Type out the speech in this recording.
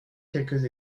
quelques